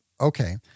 okay